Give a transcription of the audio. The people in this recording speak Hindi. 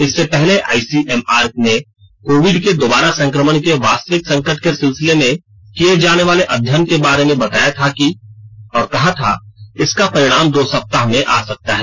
इससे पहले आइसीएमआर ने कोविड के दोबारा संक्रमण के वास्तविक संकट के सिलसिले में किए जाने वाले अध्ययन के बारे में बताया था और कहा था कि इसका परिणाम दो सप्ताह में आ सकता है